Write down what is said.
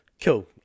cool